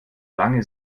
lange